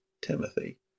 Timothy